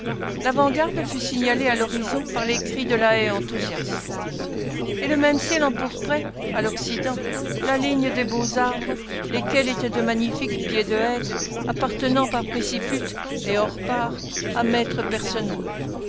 l'avant-garde fut signalée à l'horizon par les cris de la haie enthousiaste et le même ciel empourprait à l'occident la ligne des beaux arbres lesquels étaient de magnifiques pieds de hêtre appartenant par préciput et hors part à